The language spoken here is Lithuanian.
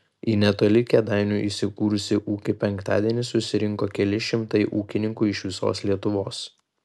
į netoli kėdainių įsikūrusį ūkį penktadienį susirinko keli šimtai ūkininkų iš visos lietuvos